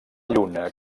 lluna